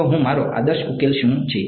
તો હું મારો આદર્શ ઉકેલ શું છે